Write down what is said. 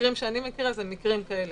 מקרים שאני מכירה זה מקרים כאלה,